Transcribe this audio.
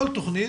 כל תכנית,